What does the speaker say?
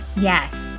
Yes